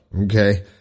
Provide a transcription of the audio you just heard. okay